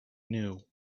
new